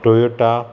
Toyota